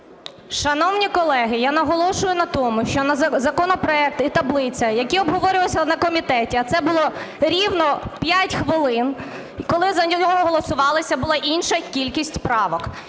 Шановні колеги, я наголошую на тому, що законопроект і таблиця, які обговорювалися на комітеті, а це було рівно 5 хвилин, і коли за нього голосували – це була інша кількість правок.